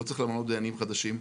לא צריך למנות דיינים חדשים,